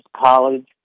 College